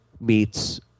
meets